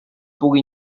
pugui